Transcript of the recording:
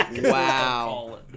Wow